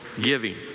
giving